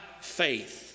faith